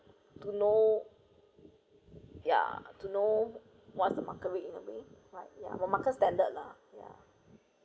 to know ya to know what's the market need in a way like ya what markets standard lah ya